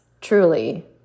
truly